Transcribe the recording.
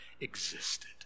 existed